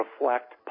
reflect